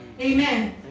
Amen